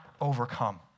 overcome